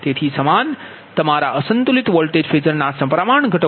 તેથી તમારા અસંતુલિત વોલ્ટેજ ફેઝરના આ સપ્રમાણ ઘટકો